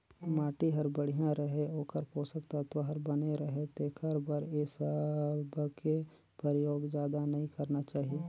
माटी हर बड़िया रहें, ओखर पोसक तत्व हर बने रहे तेखर बर ए सबके परयोग जादा नई करना चाही